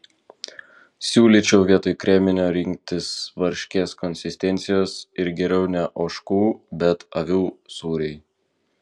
siūlyčiau vietoj kreminio rinktis varškės konsistencijos ir geriau ne ožkų bet avių sūrį